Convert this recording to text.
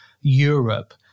Europe